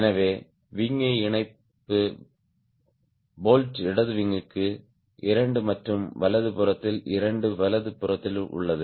எனவே விங் யை இணைப்பு போல்ட் இடது விங்க்கு இரண்டு மற்றும் வலது புறத்தில் இரண்டு வலது புறத்தில் உள்ளது